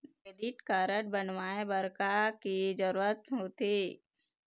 Credit card बनवाए बर का के जरूरत होते?